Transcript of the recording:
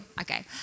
okay